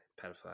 Pedophile